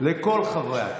לכל חברי הכנסת,